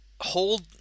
hold